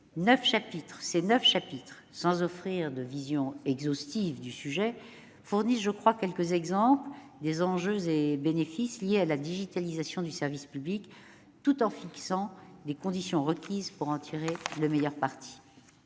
Ces neuf chapitres, sans offrir de vision exhaustive du sujet, fournissent, je crois, quelques exemples des enjeux et bénéfices liés à la digitalisation du service public, tout en fixant des conditions requises pour en tirer le meilleur parti.